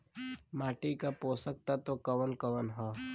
माटी क पोषक तत्व कवन कवन ह?